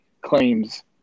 claims